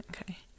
Okay